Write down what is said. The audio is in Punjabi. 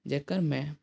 ਜੇਕਰ ਮੈਂ